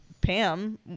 Pam